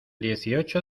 dieciocho